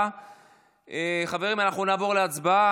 חבר הכנסת משה ארבל,